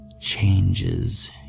changes